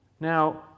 Now